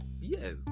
Yes